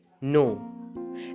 NO